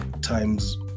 times